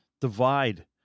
divide